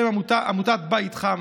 עמותת בית חם,